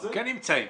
כן נמצאים.